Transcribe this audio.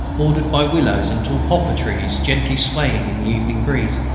bordered by willows and tall poplar trees gently swaying in the evening breeze.